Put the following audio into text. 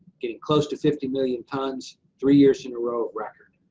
getting close to fifty million tons three years in a row, a record.